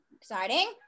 exciting